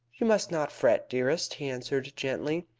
you must not fret, dearest, he answered gently.